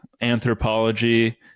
anthropology